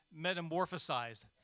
metamorphosized